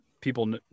people